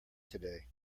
today